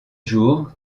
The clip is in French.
jours